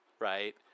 right